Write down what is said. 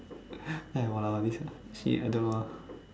then I !walao! like this ah she I don't know lah